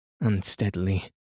unsteadily